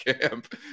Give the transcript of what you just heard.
camp